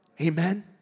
Amen